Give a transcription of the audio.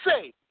say